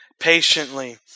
patiently